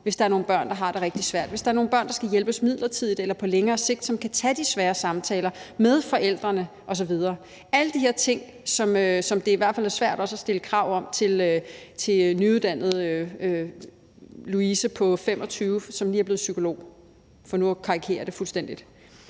hvis der er nogle børn, der har det rigtig svært, hvis der er nogle børn, der skal hjælpes midlertidigt eller på længere sigt, og som kan tage de svære samtaler med forældrene osv., altså alle de her ting, som det i hvert fald også er svært at stille krav om til nyuddannede Louise på 25 år, som lige er blevet psykolog, for nu at karikere det fuldstændig.